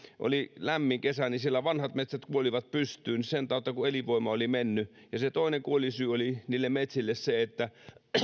oli lämmin kesä niin siellä vanhat metsät kuolivat pystyyn sen takia kun elinvoima oli mennyt toinen niiden metsien kuolinsyy oli se että